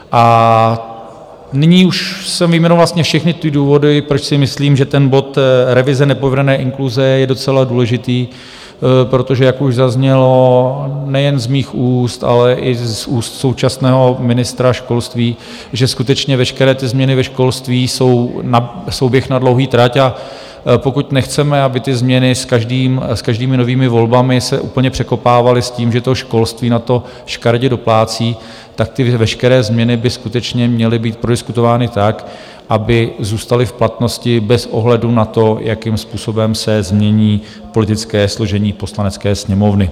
A nyní už jsem vyjmenoval vlastně všechny ty důvody, proč si myslím, že ten bod Revize nepovedené inkluze je docela důležitý, protože jak už zaznělo nejen z mých úst, ale i z úst současného ministra školství, že skutečně veškeré ty změny ve školství jsou běh na dlouhou trať, a pokud nechceme, abych ty změny s každými novými volbami se úplně překopávaly s tím, že to školství na to škaredě doplácí, tak ty veškeré změny by skutečně měly být prodiskutovány tak, aby zůstaly v platnosti bez ohledu na to, jakým způsobem se změní politické složení v Poslanecké sněmovně.